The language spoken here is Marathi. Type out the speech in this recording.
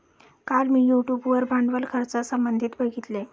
काल मी यूट्यूब वर भांडवल खर्चासंबंधित बघितले